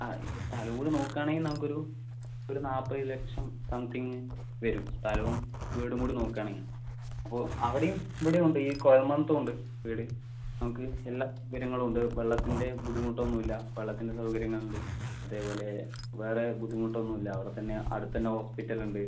ആ ഇപ്പം സ്ഥലവും കൂടി നോക്കാണേൽ നമുക്ക് ഒരു ഒരു നാൽപത് ലക്ഷം സംത്തിംഗ് വരും സ്ഥലവും വീടും കൂടി നോക്കുകയാണെങ്കിൽ അപ്പം അവിടെയും ഇവിടെയും ഉണ്ട് ഈ കുഴൽമന്ദത്തും ഉണ്ട് വീട് നമുക്ക് എല്ലാ സൗകര്യങ്ങളും ഉണ്ട് വെള്ളത്തിന്റെ ബുദ്ധിമുട്ട് ഒന്നും ഇല്ല വെള്ളത്തിന്റെ സൗകര്യങ്ങൾ ഉണ്ട് അതേപോലെ വേറെ ബുദ്ധിമുട്ട് ഒന്നും ഇല്ല അവിടത്തന്നെ അടുത്ത് തന്നെ ഹോസ്പിറ്റൽ ഉണ്ട്